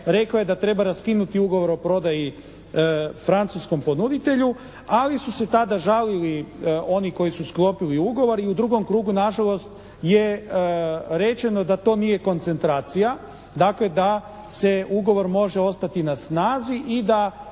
rekla je da treba raskinuti ugovor o prodaji francuskom ponuditelju ali su se tada žalili oni koji su sklopili ugovor i u drugom krugu na žalost je rečeno da to nije koncentracija, dakle da se ugovor može ostati na snazi i da